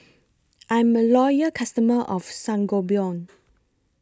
I'm A Loyal customer of Sangobion